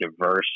diverse